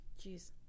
Jeez